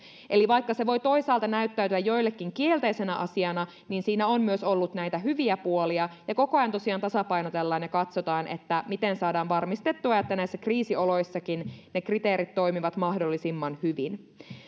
eli vaikka se voi toisaalta näyttäytyä joillekin kielteisenä asiana niin siinä on ollut myös näitä hyviä puolia ja koko ajan tosiaan tasapainotellaan ja katsotaan miten saadaan varmistettua että näissä kriisioloissakin ne kriteerit toimivat mahdollisimman hyvin